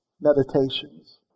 meditations